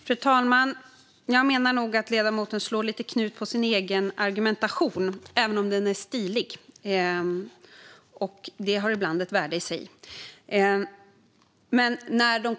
Fru talman! Jag menar nog att ledamoten slår lite knut på sin egen argumentation, även om den är stilig, vilket ibland har ett värde i sig.